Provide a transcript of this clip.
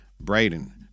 Braden